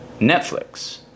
Netflix